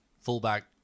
fullback